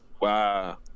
Wow